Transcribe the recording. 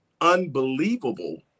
unbelievable